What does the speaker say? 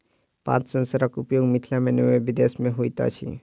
पात सेंसरक उपयोग मिथिला मे नै विदेश मे होइत अछि